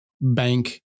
bank